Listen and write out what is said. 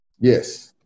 Yes